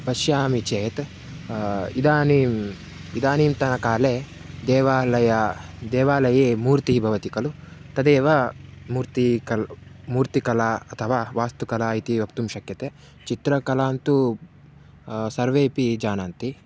पश्यामि चेत् इदानीम् इदानींतनकाले देवालये देवालये मूर्तिः भवति खलु तमेव मूर्तिः कला मूर्तिकला अथवा वास्तुकला इति वक्तुं शक्यते चित्रकलां तु सर्वेऽपि जानन्ति